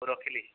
ରଖିଲି